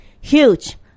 Huge